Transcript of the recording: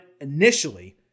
initially